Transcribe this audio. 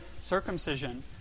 circumcision